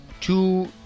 Two